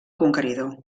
conqueridor